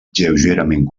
lleugerament